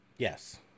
Yes